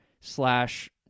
slash